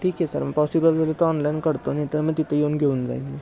ठीक आहे सर मग पॉसिबल झाल तर ऑनलाईन करतो नाही तर मी तिथे येऊन घेऊन जाईल